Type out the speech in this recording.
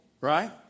right